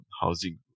housing